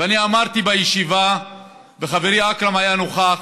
ואני אמרתי בישיבה וחברי אכרם היה נוכח: